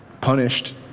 punished